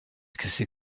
c’est